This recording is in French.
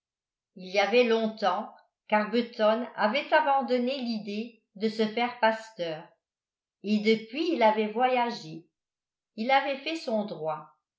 il y avait longtemps qu'arbuton avait abandonné l'idée de se faire pasteur et depuis il avait voyagé il avait fait son droit